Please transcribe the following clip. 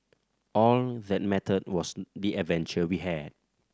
all that mattered was the adventure we had